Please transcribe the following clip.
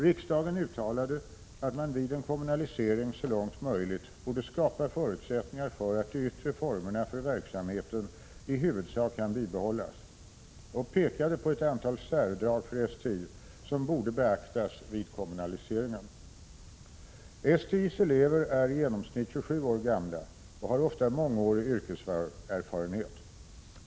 Riksdagen uttalade att man vid en kommunalisering så långt möjligt borde skapa förutsättningar för att de yttre formerna för verksamheten i huvudsak — Prot. 1986/87:44 kan bibehållas och pekade på ett antal särdrag för STI som borde beaktas vid 8 december 1986 kommunaliseringen. EE PETE Te Rn STI:s elever är i genomsnitt 27 år gamla och har ofta mångårig yrkeserfarenhet.